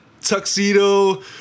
tuxedo